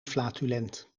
flatulent